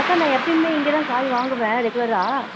அக்கா நான் எப்பயுமே இங்கே தான் காய் வாங்குவேன் ரெகுலராக